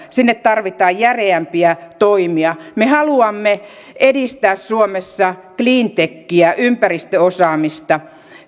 sinne tarvitaan järeämpiä toimia me haluamme edistää suomessa cleantechiä ympäristöosaamista